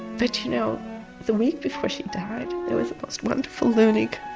but you know the week before she died there was the most wonderful leunig,